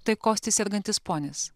taip kosti sergantis ponis